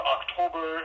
October